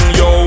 yo